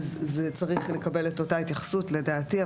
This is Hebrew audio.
זה צריך לקבל את אותה התייחסות לדעתי.